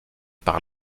par